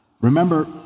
remember